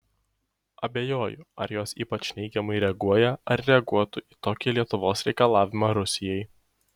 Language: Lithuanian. abejoju ar jos ypač neigiamai reaguoja ar reaguotų į tokį lietuvos reikalavimą rusijai